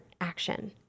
action